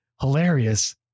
Hilarious